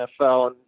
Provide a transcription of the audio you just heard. NFL